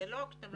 אבל הסטנדרטים הם